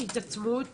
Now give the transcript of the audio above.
תוכנית ההתעצמות